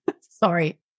Sorry